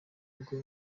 bwo